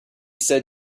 said